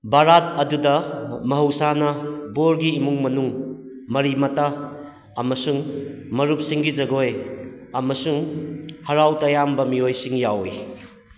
ꯕꯔꯥꯠ ꯑꯗꯨꯗ ꯃꯍꯧꯁꯥꯅ ꯕꯣꯔꯒꯤ ꯏꯃꯨꯡ ꯃꯅꯨꯡ ꯃꯔꯤ ꯃꯇꯥ ꯑꯃꯁꯨꯡ ꯃꯔꯨꯞꯁꯤꯡꯒꯤ ꯖꯒꯣꯏ ꯑꯃꯁꯨꯡ ꯍꯔꯥꯎ ꯇꯌꯥꯝꯕ ꯃꯤꯑꯣꯏꯁꯤꯡ ꯌꯥꯎꯋꯤ